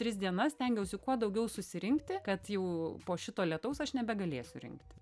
tris dienas stengiausi kuo daugiau susirinkti kad jau po šito lietaus aš nebegalėsiu rinkti